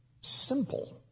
simple